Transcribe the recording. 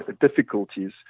difficulties